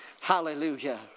Hallelujah